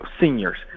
seniors